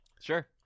Sure